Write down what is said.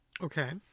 Okay